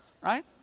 right